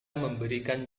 memberikan